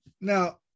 Now